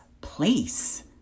place